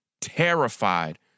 Terrified